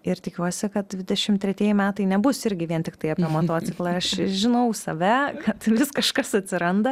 ir tikiuosi kad dvidešim tretieji metai nebus irgi vien tiktai apie motociklą aš žinau save kad vis kažkas atsiranda